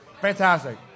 fantastic